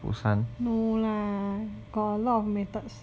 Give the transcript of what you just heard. no lah got a lot of methods